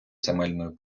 земельної